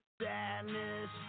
sadness